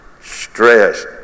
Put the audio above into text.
Stress